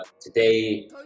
today